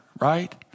right